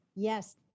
Yes